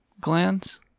glands